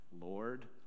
Lord